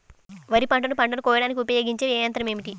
వరిపంటను పంటను కోయడానికి ఉపయోగించే ఏ యంత్రం ఏమిటి?